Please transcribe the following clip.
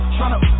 Tryna